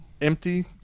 empty